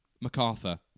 MacArthur